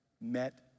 met